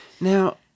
Now